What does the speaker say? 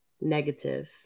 negative